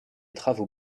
travaux